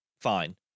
fine